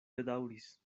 bedaŭris